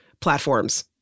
platforms